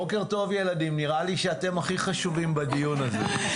בוקר טוב ילדים, נראה שאתם הכי חשובים בדיון הזה.